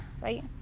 right